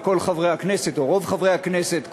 ורוב חברי הכנסת,